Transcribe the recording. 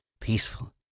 peaceful